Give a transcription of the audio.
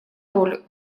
роль